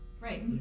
Right